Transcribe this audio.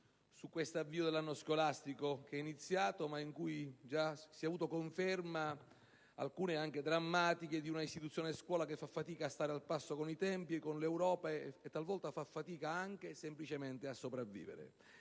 su questo avvio dell'anno scolastico, in cui già si è avuta conferma, in alcuni casi anche in modo drammatico, di una istituzione scuola che fa fatica a stare al passo con i tempi e con l'Europa e, talvolta, fa fatica anche semplicemente a sopravvivere.